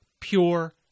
Pure